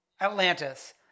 Atlantis